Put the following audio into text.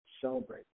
celebrate